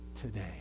today